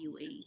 UAE